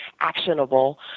actionable